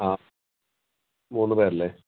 ആ മൂന്ന് പേരല്ലേ